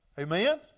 amen